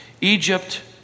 Egypt